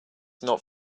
not